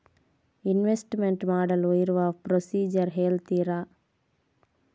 Investment ಮಾಡಲು ಇರುವ procedure ಹೇಳ್ತೀರಾ?